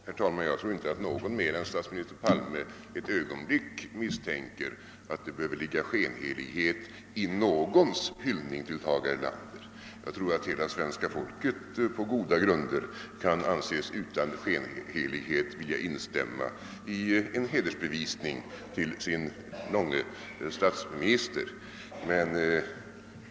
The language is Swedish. Herr talman! Jag tror inte att någon mer än statsminister Palme ett ögonblick misstänker att det behöver ligga skenhelighet i någons hyllning till Tage Erlander. Hela svenska folket kan säkerligen på goda grunder anses utan skenhelighet vilja instämma i en hedersbevisning till sin »långe» statsminister.